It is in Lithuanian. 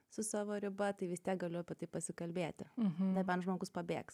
su savo riba tai vis tiek galiu apie tai pasikalbėti nebent žmogus pabėgs